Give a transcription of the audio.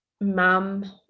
mum